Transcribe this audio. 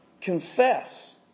confess